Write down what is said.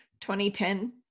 2010